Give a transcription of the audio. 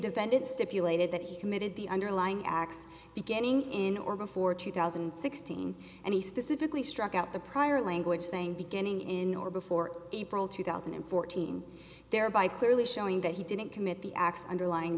defendant stipulated that he committed the underlying acts beginning in or before two thousand and sixteen and he specifically struck out the prior language saying beginning in or before april two thousand and fourteen thereby clearly showing that he didn't commit the acts underlying